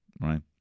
right